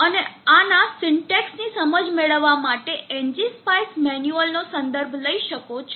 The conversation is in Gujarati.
તમે આના સિન્ટેક્ષ ની સમજ મેળવવા માટે એનજીસ્પાઈસ મેન્યુઅલનો સંદર્ભ લઈ શકો છો